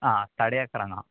आं साडे अकरांक आं